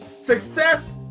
Success